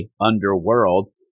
underworld